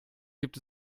gibt